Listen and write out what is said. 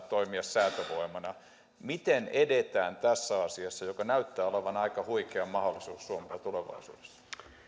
toimia säätövoimana miten edetään tässä asiassa joka näyttää olevan aika huikea mahdollisuus suomelle tulevaisuudessa